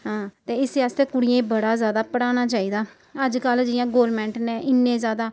हां ते इस्सै आस्तै कुड़ियें गी बड़ा जैदा पढ़ाना चाहिदा अजकल्ल जि'यां गौरमैंट ने इन्ने जैदा